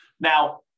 Now